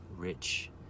Rich